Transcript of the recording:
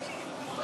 להסיר